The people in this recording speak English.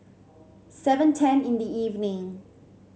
seven ten in the evening